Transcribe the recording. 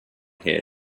here